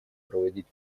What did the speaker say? проводить